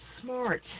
smart